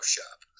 Shop